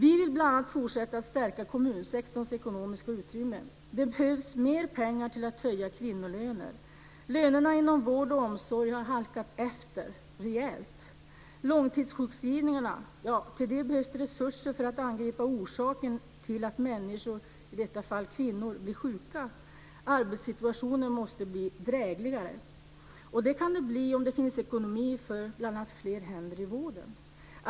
Vi vill bl.a. fortsätta att stärka kommunsektorns ekonomiska utrymme. Det behövs mer pengar till att höja kvinnolönerna. Lönerna inom vård och omsorg har halkat efter rejält. När det gäller långtidssjukskrivningarna behövs det resurser för att angripa orsaken till att människor, i detta fall kvinnor, blir sjuka. Arbetssituationen måste bli drägligare. Det kan den bli om det finns ekonomi för bl.a. fler händer i vården.